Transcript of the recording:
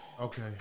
Okay